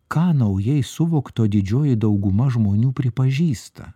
ką naujai suvokto didžioji dauguma žmonių pripažįsta